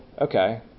Okay